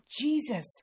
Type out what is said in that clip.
Jesus